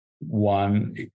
one